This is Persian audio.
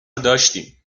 داشتیم